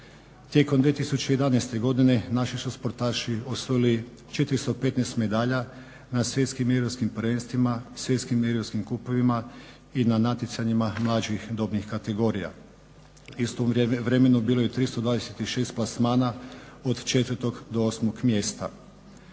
Tijekom 2011.godine naši su sportaši osvojili 415 medalja na svjetskim i europskim prvenstvima, svjetskim europskim kupovima i na natjecanjima mlađih dobnih kategorija. U istom vremenu bilo je 326 plasmana od 4. do 8. mjesta.